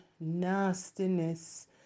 nastiness